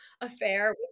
Affair